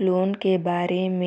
loan के बारे म